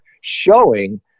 showing